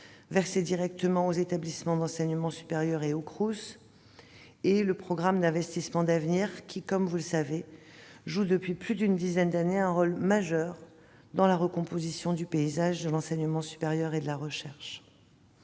versées directement aux établissements d'enseignement supérieur et aux Crous. Le programme d'investissements d'avenir joue par ailleurs, comme vous le savez, depuis plus d'une dizaine d'années, un rôle majeur dans la recomposition du paysage de l'enseignement supérieur et de la recherche.